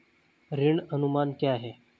ऋण अनुमान क्या है?